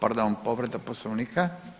Pardon, povreda Poslovnika.